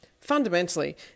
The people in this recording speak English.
Fundamentally